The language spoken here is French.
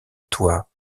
toi